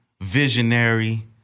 visionary